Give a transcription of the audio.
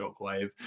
Shockwave